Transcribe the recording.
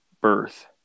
birth